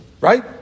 right